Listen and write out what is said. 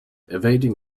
evading